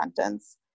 sentence